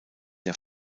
der